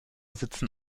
sitzen